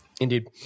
Indeed